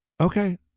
okay